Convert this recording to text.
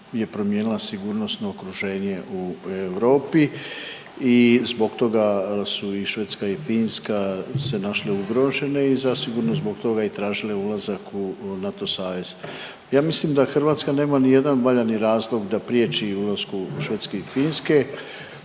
promijenila sigurnosno okruženje u Europi i zbog toga su i Švedska i Finska se našle u ugrožene i zasigurno zbog toga i tražile ulazak u NATO savez. Ja mislim da Hrvatska nema ni jedan valjani razlog da prijeći ulasku Švedske i Finske